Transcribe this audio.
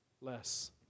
less